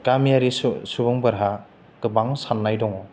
गामियारि सु सुबुंफोरहा गोबां साननाय दङ